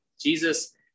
Jesus